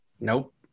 Nope